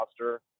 roster